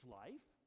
life